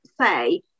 say